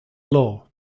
law